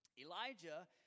Elijah